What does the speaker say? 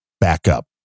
backup